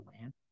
land